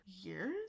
years